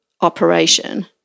operation